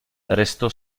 restò